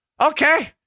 okay